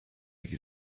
ich